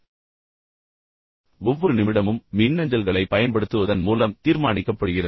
பின்னர் ஒவ்வொரு நாளும் ஒவ்வொரு நிமிடமும் மின்னஞ்சல்களைப் பயன்படுத்துவதன் மூலம் தீர்மானிக்கப்படுகிறது